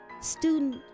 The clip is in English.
Student